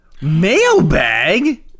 Mailbag